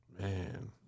Man